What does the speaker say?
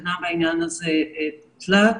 התקנה בעניין הזה בוטלה,